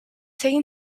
taken